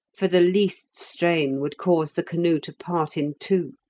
for the least strain would cause the canoe to part in two,